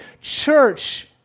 Church